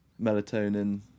melatonin